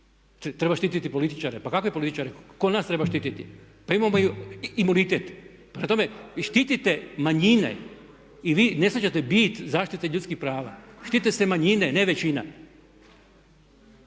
Treba štititi političare. Pa kakve političare? Tko nas treba štititi? Pa imamo imunitet. Prema tome i štitite manjine i vi ne shvaćate bit zaštite ljudskih prava. Štite se manjine, ne većina.